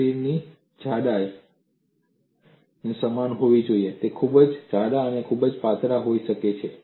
શરીરની જાડાઈ સમાન હોવી જોઈએ તે ખૂબ જાડા અથવા ખૂબ પાતળા હોઈ શકે છે